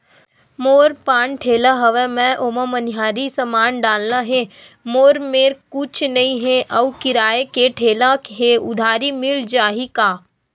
मोर पान ठेला हवय मैं ओमा मनिहारी समान डालना हे मोर मेर कुछ नई हे आऊ किराए के ठेला हे उधारी मिल जहीं का?